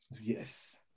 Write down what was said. Yes